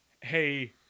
hey